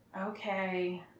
okay